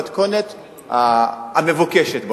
אבל זה עובד במתכונת המבוקשת,